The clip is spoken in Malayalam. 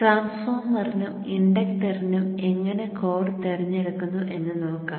ട്രാൻസ്ഫോർമറിനും ഇൻഡക്ടറിനും എങ്ങനെ കോർ തിരഞ്ഞെടുക്കുന്നു എന്ന് നോക്കാം